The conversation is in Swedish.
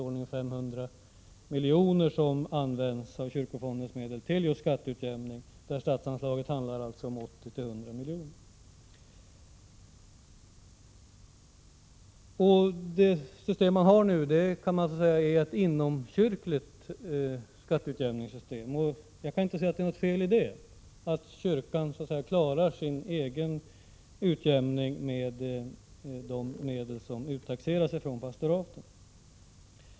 Den summa av kyrkofondens medel som används till skatteutjämning är i storleksordningen 500 miljoner, och det statsbidrag som föreslås skulle uppgå till 80—100 miljoner. Det system som nu tillämpas kan sägas vara ett inomkyrkligt skatteutjämningssystem. Jag kan inte se att det är något fel i att kyrkan klarar denna utjämning med hjälp av de medel som uttaxeras från pastoraten.